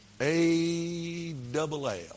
A-double-L